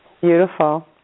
beautiful